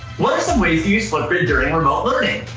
what are some ways to use flipgrid during remote learning?